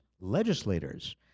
legislators